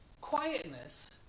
quietness